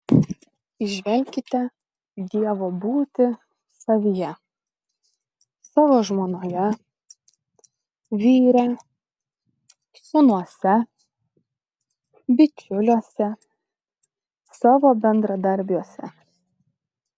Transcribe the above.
įžvelkite dievo būtį savyje savo žmonoje vyre sūnuose bičiuliuose savo bendradarbiuose